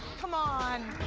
come on.